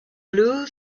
blew